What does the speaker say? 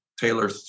Taylor